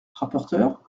rapporteure